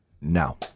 now